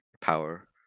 power